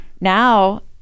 now